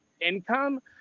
income